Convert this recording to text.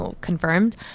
confirmed